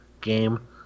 game